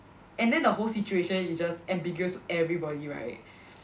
and then the whole situation is just ambiguous to everybody right